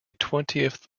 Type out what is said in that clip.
twentieth